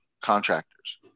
contractors